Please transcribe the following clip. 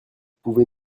pouvez